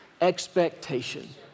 expectation